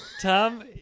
Tom